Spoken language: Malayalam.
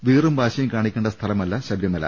വീറും വാശിയും കാണിക്കേണ്ട സ്ഥലമല്ല ശബരിമല